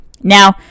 Now